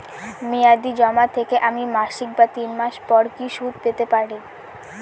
মেয়াদী জমা থেকে আমি মাসিক বা তিন মাস পর কি সুদ পেতে পারি?